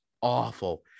awful